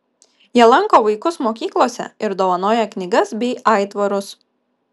jie lanko vaikus mokyklose ir dovanoja knygas bei aitvarus